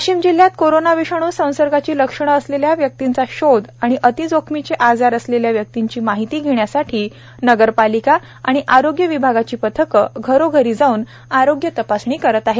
वाशिम जिल्ह्यात कोरोना विषाणू संसर्गाची लक्षणं असलेल्या व्यक्तींचा शोध आणि अतिजोखमीचे आजार असलेल्या व्यक्तींची माहिती घेण्यासाठी नगरपालिका आणि आरोग्य विभागाची पथकं घरोघरी जाऊन आरोग्य तपासणी करत आहेत